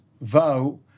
vow